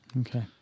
okay